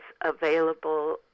available